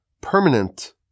permanent